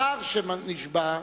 שר שנשבע,